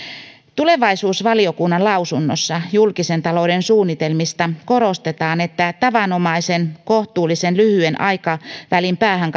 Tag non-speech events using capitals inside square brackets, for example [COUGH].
tulevaisuusvaliokunnan lausunnossa julkisen talouden suunnitelmasta korostetaan että tavanomaisen kohtuullisen lyhyen aikavälin päähän [UNINTELLIGIBLE]